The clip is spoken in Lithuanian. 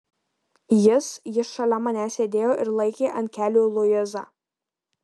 jis jis šalia manęs sėdėjo ir laikė ant kelių luizą